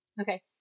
Okay